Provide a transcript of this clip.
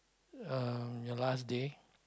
uh your last day